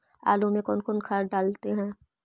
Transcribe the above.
आलू में कौन कौन खाद डालते हैं?